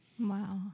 Wow